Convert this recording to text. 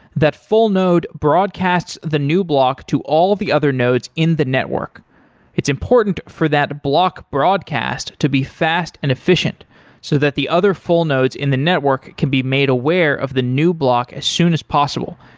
that full node broadcasts the new block to all of the other nodes in the network it's important for that blocked broadcast to be fast and efficient so that the other full nodes in the network can be made aware of the new block as soon as possible.